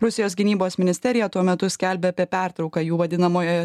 rusijos gynybos ministerija tuo metu skelbia apie pertrauką jų vadinamojoje